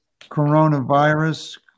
coronavirus